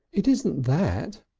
it isn't that,